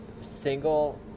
single